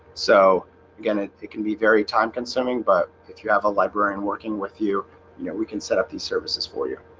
so again, it it can be very time-consuming but if you have a librarian working with you, you know, we can set up these services for you.